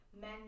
men